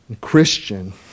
Christian